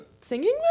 singing